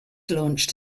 launched